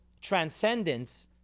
transcendence